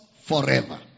forever